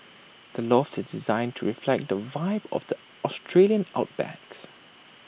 the loft is designed to reflect the vibe of the Australian outback's